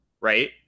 right